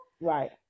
right